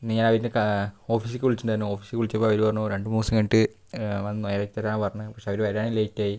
ഓഫീസിലേക്ക് വിളിച്ചിട്ടുണ്ടായിരുന്നു ഓഫീസിലേക്ക് വിളിച്ചപ്പോൾ അവർ പറഞ്ഞു രണ്ട് മൂന്ന് ദിവസം കഴിഞ്ഞിട്ട് വന്ന് നേരെയാക്കിത്തരാം പറഞ്ഞ് പക്ഷെ അവർ വരാൻ ലെയ്റ്റായി